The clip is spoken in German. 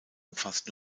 umfasst